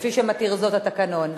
כפי שמתיר זאת התקנון.